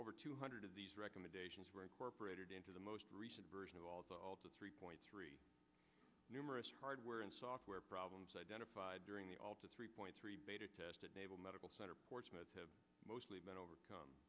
over two hundred of these recommendations were incorporated into the most recent version of all the three point three numerous hardware and software problems identified during the all to three point three beta test at naval medical center portsmouth have mostly been overcome